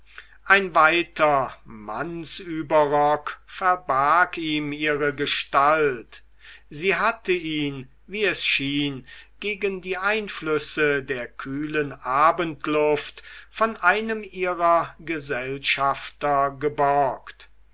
ein weiter mannsüberrock verbarg ihm ihre gestalt sie hatte ihn wie es schien gegen die einflüsse der kühlen abendluft von einem ihrer gesellschafter geborgt